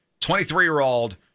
23-year-old